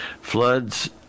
floods